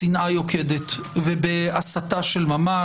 בשנאה יוקדת ובהסתה של ממש.